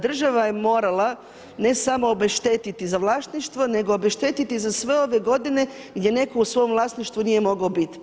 Država je morala ne samo obeštetiti za vlasništvo, nego obeštetiti za sve ove godine gdje netko u svom vlasništvu nije mogao biti.